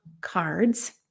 cards